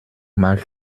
mal